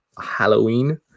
halloween